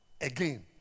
Again